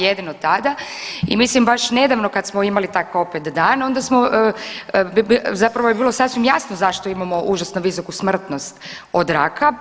Jedino tada i mislim baš nedavno kad smo imali takav opet dan, onda smo, zapravo bi bilo sasvim jasno zašto imamo užasno visoku smrtnost od raka.